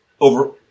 over